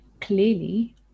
clearly